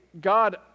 God